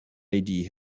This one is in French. lady